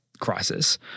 crisis